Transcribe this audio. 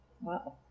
Wow